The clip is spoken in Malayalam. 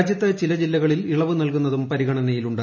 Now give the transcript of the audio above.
രാജ്യത്ത് ചില ജില്ലകളിൽ ഇളവ് നൽകുന്നതും പരിഗണനയിലുണ്ട്